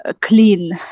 clean